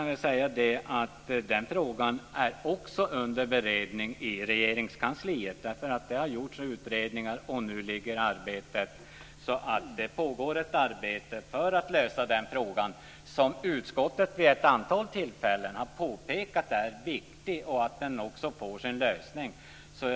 Den frågan är också under beredning i Regeringskansliet. Det har gjorts utredningar, och det pågår ett arbete för att lösa frågan. Utskottet har vid ett antal tillfällen påpekat att frågan är viktig och måste få sin lösning.